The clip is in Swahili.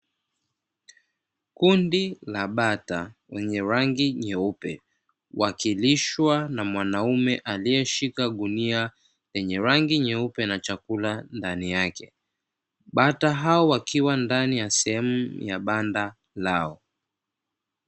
Kundi la bata wenye rangi nyeupe wakilishwa na mwanaume aliyeshika gunia lenye rangi nyeupe na chakula ndani yake, bata hao wakiwa ndani ya sehemu ya banda lao.